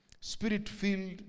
Spirit-filled